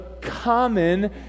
common